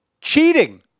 cheating